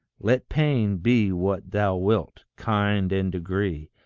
let pain be what thou wilt, kind and degree,